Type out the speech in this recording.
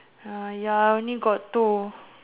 ah ya I only got two